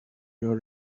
your